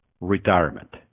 retirement